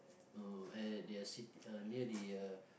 oh eh they are seat uh near the uh